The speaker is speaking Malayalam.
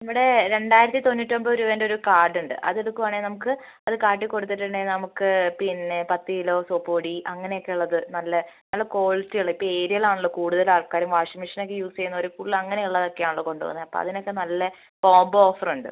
ഇവിടെ രണ്ടായിരത്തി തൊണ്ണൂറ്റൊമ്പത് രൂപേൻറെ ഒരു കാർഡ് ഉണ്ട് അത് എടുക്കുവാണെങ്കിൽ നമുക്ക് അത് കാട്ടി കൊടുത്തിട്ടുണ്ടെങ്കിൽ നമുക്ക് പിന്നെ പത്ത് കിലോ സോപ്പ് പൊടി അങ്ങനെ ഒക്കെ ഉള്ളത് നല്ല നല്ല ക്വാളിറ്റി ഉള്ള ഇപ്പം ഏരിയൽ ആണല്ലോ കൂടുതൽ ആൾക്കാരും വാഷിംഗ് മെഷീൻ ഒക്കെ യൂസ് ചെയ്യുന്നവർ ഫുൾ അങ്ങനെ ഉള്ളതൊക്കെയാണല്ലോ കൊണ്ട് പോകുന്നത് അപ്പം അതിനൊക്കെ നല്ല കോംബോ ഓഫർ ഉണ്ട്